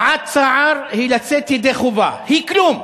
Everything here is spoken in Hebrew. הבעת צער היא לצאת ידי חובה, היא כלום.